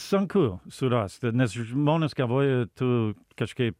sunku surasti nes žmonės galvoja tu kažkaip